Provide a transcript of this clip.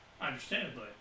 Understandably